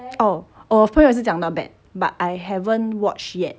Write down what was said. oh orh 我朋友也是讲 not bad but I haven't watch yet